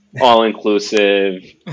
all-inclusive